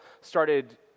started